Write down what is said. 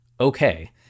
Okay